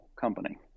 company